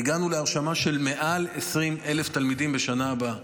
הגענו להרשמה של מעל 20,000 תלמידים בשנה הבאה.